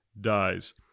dies